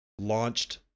launched